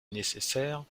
nécessaire